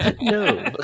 no